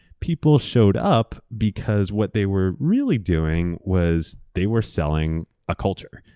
people showed up because what they were really doing was they were selling a culture,